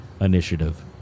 initiative